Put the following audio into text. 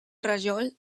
rajol